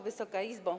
Wysoka Izbo!